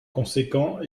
conséquent